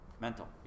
mental